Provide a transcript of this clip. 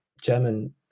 German